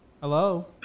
Hello